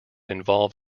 involve